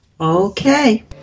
Okay